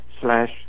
slash